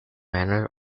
manor